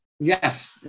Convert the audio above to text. Yes